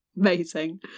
Amazing